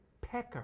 pecker